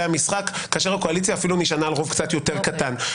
המשחק כאשר הקואליציה אפילו נשענה על רוב קצת יותר קטן.